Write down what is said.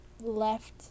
left